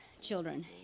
children